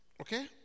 Okay